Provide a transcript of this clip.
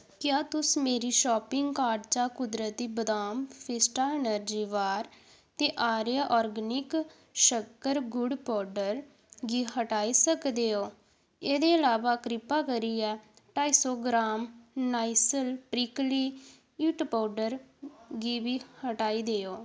क्या तुस मेरी शापिंग कार्ट चा कुदरती बदाम फ़ीस्टा अनर्जी बार ते आर्य आर्गेनिक गुड़ पौडर गी हटाई सकदे ओ एह्दे अलावा किरपा करियै ढाई सौ gram Nycil prickly heat powder गी बी हटाई देओ